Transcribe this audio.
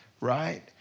right